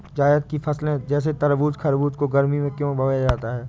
जायद की फसले जैसे तरबूज़ खरबूज को गर्मियों में क्यो बोया जाता है?